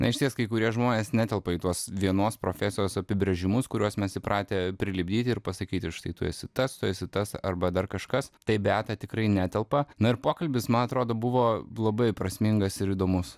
na išties kai kurie žmonės netelpa į tuos vienos profesijos apibrėžimus kuriuos mes įpratę prilipdyti ir pasakyti štai tu esi tas tu esi tas arba dar kažkas tai beata tikrai netelpa na ir pokalbis man atrodo buvo labai prasmingas ir įdomus